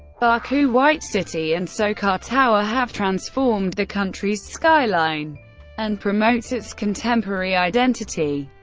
baku white city and socar tower have transformed the country's skyline and promotes its contemporary identity.